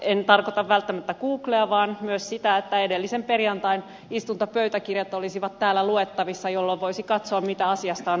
en tarkoita välttämättä googlea vaan myös sitä että edellisen perjantain istuntopöytäkirjat olisivat täällä luettavissa jolloin voisi katsoa mitä asiasta on aikaisemmin puhuttu